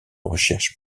recherches